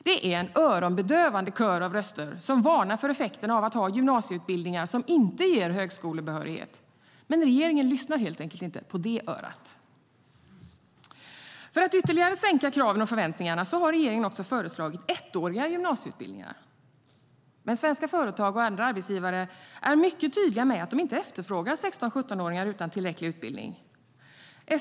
Det är en öronbedövande kör av röster som varnar för effekterna av att ha gymnasieutbildningar som inte ger högskolebehörighet, men regeringen lyssnar helt enkelt inte på det örat. För att ytterligare sänka kraven och förväntningarna har regeringen också föreslagit ettåriga gymnasieutbildningar. Men svenska företag och andra arbetsgivare är mycket tydliga med att de inte efterfrågar 16-17-åringar utan tillräcklig utbildning.